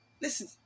listen